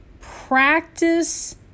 practice